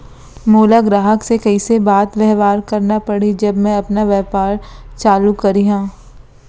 मोला ग्राहक से कइसे बात बेवहार करना पड़ही जब मैं अपन व्यापार चालू करिहा?